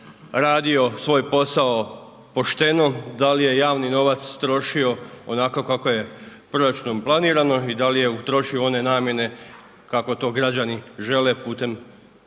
radio svoj posao pošteno, da li je javni novac trošio onako kako je proračunom planirano i da li je utrošio u one namjene kako to građani žele putem